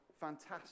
Fantastic